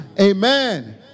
Amen